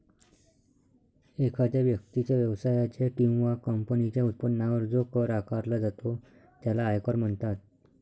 एखाद्या व्यक्तीच्या, व्यवसायाच्या किंवा कंपनीच्या उत्पन्नावर जो कर आकारला जातो त्याला आयकर म्हणतात